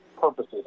purposes